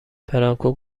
برانکو